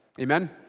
Amen